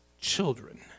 children